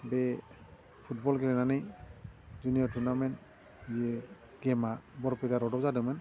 बे फुटबल गेलेनानै junior tournament बियो गेमा बरपेटा रडआव जादोंमोन